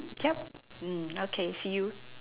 mm yup mm okay see you